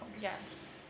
Yes